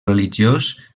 religiós